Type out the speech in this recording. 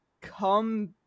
come